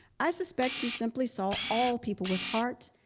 i suspect he simply saw all people with heart,